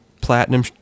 platinum